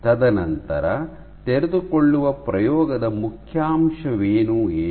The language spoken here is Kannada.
ತದನಂತರ ತೆರೆದುಕೊಳ್ಳುವ ಪ್ರಯೋಗದ ಮುಖ್ಯಾಂಶವೇನು ಏನು